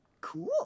Cool